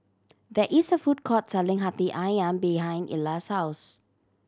there is a food court selling Hati Ayam behind Illa's house